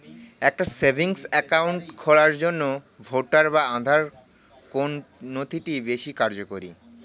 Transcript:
একটা savings account খোলার জন্য ভোটার বা আধার কোন নথিটি বেশী কার্যকরী?